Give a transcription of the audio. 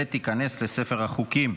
ותיכנס לספר החוקים.